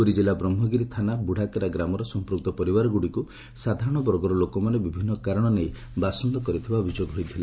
ପୁରୀ ଜିଲ୍ଲା ବ୍ରହ୍କଗିରି ଥାନା ବୁଡ଼ାକେରା ଗ୍ରାମର ସମ୍ମକ୍ତ ପରିବାରଗୁଡ଼ିକୁ ସାଧାରଣ ବର୍ଗର ଲୋକମାନେ ବିଭିନ୍ନ କାରଣ ନେଇ ବାସନ୍ଦ କରିଥିବା ଅଭିଯୋଗ ହୋଇଥିଲା